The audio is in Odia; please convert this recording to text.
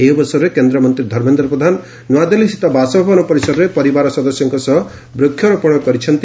ଏହି ଅବସରରେ କେନ୍ଦ୍ରମନ୍ତୀ ଧର୍ମେନ୍ଦ୍ର ପ୍ରଧାନ ନୂଆଦିଲ୍ଲୀ ସ୍ଷିତ ବାସଭବନ ପରିସରରେ ପରିବାର ସଦସ୍ୟଙ୍କ ସହ ବୃଷରୋପଣ କରିଛନ୍ତି